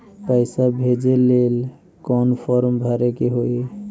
पैसा भेजे लेल कौन फार्म भरे के होई?